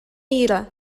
ира